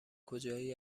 کجایی